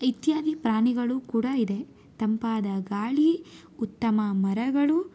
ಇತ್ಯಾದಿ ಪ್ರಾಣಿಗಳು ಕೂಡ ಇದೆ ತಂಪಾದ ಗಾಳಿ ಉತ್ತಮ ಮರಗಳು